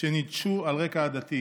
שניטשו על רקע עדתי.